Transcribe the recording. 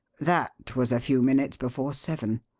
that was a few minutes before seven.